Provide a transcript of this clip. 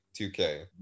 2k